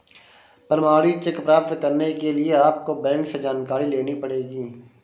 प्रमाणित चेक प्राप्त करने के लिए आपको बैंक से जानकारी लेनी पढ़ेगी